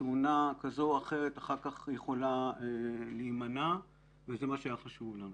תאונה כזו או אחרת אחר כך יכולה להימנע וזה מה שהיה חשוב לנו.